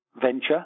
venture